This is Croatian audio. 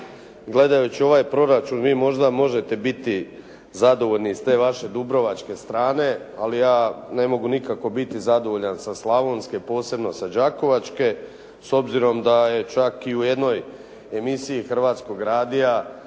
Gledajući ovaj proračun vi možda možete biti zadovoljni s te vaše dubrovačke strane ali ja ne mogu nikako biti zadovoljan sa slavonske, posebno sa đakovačke s obzirom da je čak i u jednoj emisiji Hrvatskog radija